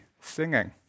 singing